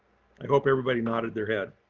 i hope everybody nodded their head.